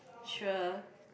sure